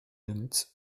limits